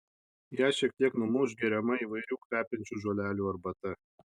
ją šiek tiek numuš geriama įvairių kvepiančių žolelių arbata